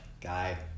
guy